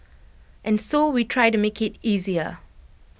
and so we try to make IT easier